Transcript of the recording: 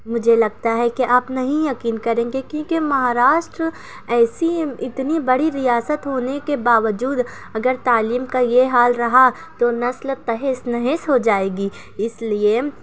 مجھے لگتا ہے کہ آپ نہیں یقین کریں گے کیونکہ مہاراشٹر ایسی اتنی بڑی ریاست ہونے کے باوجود اگر تعلیم کا یہ حال رہا تو نسل تہس نہس ہو جائے گی اس لیے